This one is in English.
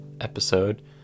episode